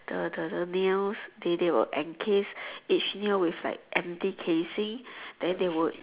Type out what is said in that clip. the the the nails the they will encase each nail with like empty casing then they will